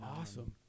awesome